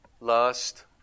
lust